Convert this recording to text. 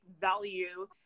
value